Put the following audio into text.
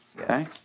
Okay